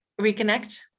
reconnect